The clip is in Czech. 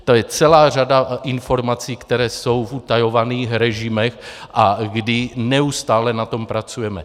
To je celá řada informací, které jsou v utajovaných režimech a kdy neustále na tom pracujeme.